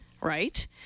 right